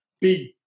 Big